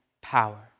power